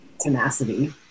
tenacity